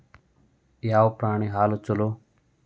ಯಾವ ಪ್ರಾಣಿ ಹಾಲು ಛಲೋ?